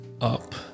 up